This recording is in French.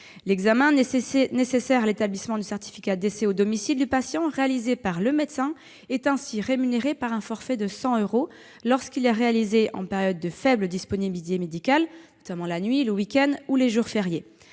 L'examen nécessaire à l'établissement du certificat de décès au domicile du patient réalisé par le médecin est ainsi rémunéré par un forfait de 100 euros lorsqu'il est réalisé en période de faible disponibilité médicale, à savoir la nuit, le week-end ou les jours fériés.